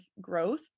growth